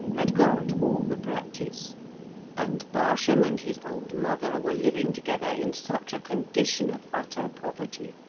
had got all the practice and barsham and his old mother were living together in such a condition of utter poverty,